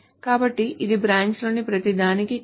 కాబట్టి ఇది బ్రాంచ్ లోని ప్రతిదానికీ కాదు